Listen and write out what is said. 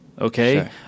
okay